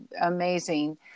Amazing